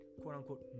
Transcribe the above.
quote-unquote